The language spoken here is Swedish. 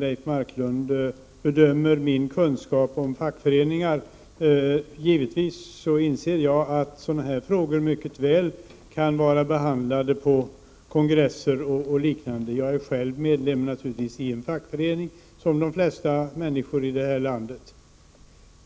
Leif Marklund bedömer min kunskap om fackföreningar. Jag inser givetvis att den här typen av frågor mycket väl kan vara behandlade på kongresser och liknande. Som de flesta människor i det här landet